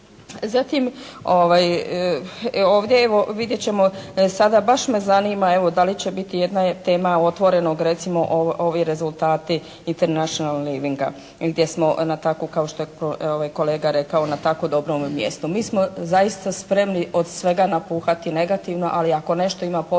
Zatim, ovdje evo vidjet ćemo sada baš me zanima evo da li će biti jedna je tema “Otvorenog“ recimo ovi rezultati “International livinga“ gdje smo na takvu kao što je kolega rekao na tako dobrom mjestu. Mi smo zaista spremni od svega napuhati negativno, ali ako nešto ima pozitivno